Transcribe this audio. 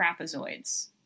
trapezoids